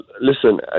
listen